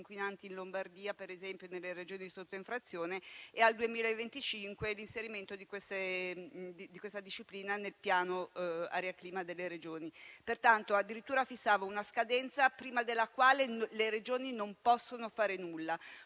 e al 2025 l'inserimento di questa disciplina nel Piano aria e clima delle Regioni. Pertanto, fissa addirittura una scadenza prima della quale le Regioni non possono fare nulla.